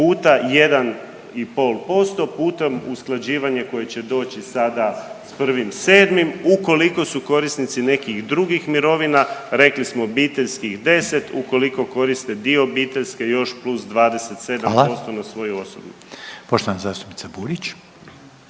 puta 1,5% puta usklađivanje koje će doći sada s 1.7. Ukoliko su korisnici nekih drugih mirovina, rekli smo, obiteljskih 10, ukoliko koriste dio obiteljske, još plus 27% na .../Upadica: